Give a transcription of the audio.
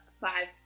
Five